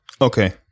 Okay